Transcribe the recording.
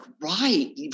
right